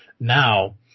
Now